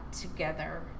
together